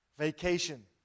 Vacation